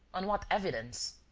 on what evidence?